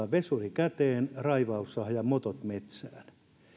vesuri käteen raivaussaha ja motot metsään